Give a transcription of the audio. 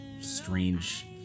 strange